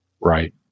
Right